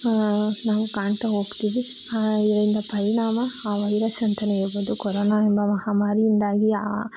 ನಾವು ಕಾಣ್ತಾ ಹೋಗ್ತೀವಿ ಇದರ ಪರಿಣಾಮ ಆ ವೈರಸ್ ಅಂತಲೇ ಹೇಳಬಹುದು ಕೊರೋನ ಎಂಬ ಮಹಾಮಾರಿಯಿಂದಾಗಿ ಆ